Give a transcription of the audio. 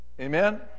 Amen